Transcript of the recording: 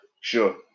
Sure